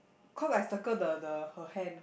cause I circle the the her hand